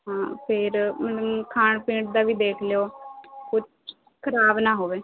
ਹਾਂ ਫਿਰ ਮਤਲਬ ਖਾਣ ਪੀਣ ਦਾ ਵੀ ਦੇਖ ਲਿਓ ਕੁਛ ਖ਼ਰਾਬ ਨਾ ਹੋਵੇ